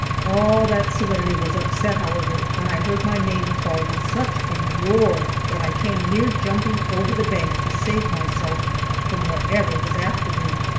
all that serenity was upset, however, when i heard my name called with such a roar that i came near jumping over the bank to save myself from whatever was after me,